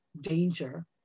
danger